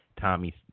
Tommy